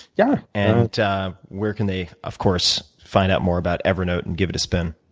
yeah and where can they, of course, find out more about evernote and give it a spin?